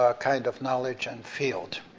ah kind of knowledge and field.